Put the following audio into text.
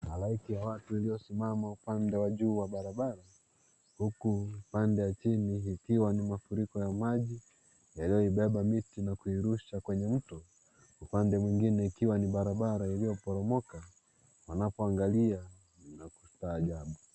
Halaiki ya watu iliyosimama upande wa juu wa barabara huku pande ya chini ikiwa ni mafuriko ya maji yaliyoibeba miti na kuirusha kwenye mto. Upande mwingine ikiwa ni barabara iliyoporomoka wanapoangalia na kustaaajabu.